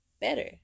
better